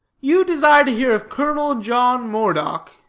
you desire to hear of colonel john moredock.